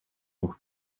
nog